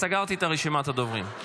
סגרתי את רשימת הדוברים.